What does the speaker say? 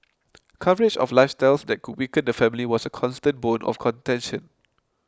coverage of lifestyles that could weaken the family was a constant bone of contention